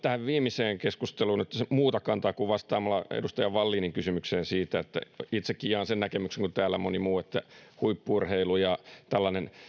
tähän viimeiseen keskusteluun nyt muuta kantaa kuin vastaamalla edustaja wallinin kysymykseen että itsekin jaan sen saman näkemyksen kuin täällä moni muu että huippu urheilu ja